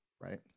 right